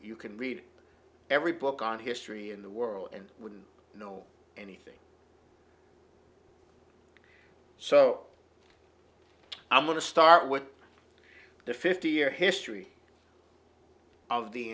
you can read every book on history in the world and wouldn't know anything so i'm going to start with the fifty year history of the